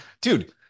dude